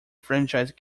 franchise